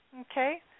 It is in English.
Okay